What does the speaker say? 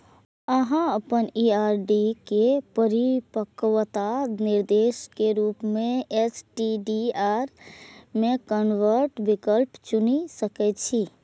अहां अपन ई आर.डी के परिपक्वता निर्देश के रूप मे एस.टी.डी.आर मे कन्वर्ट विकल्प चुनि सकै छी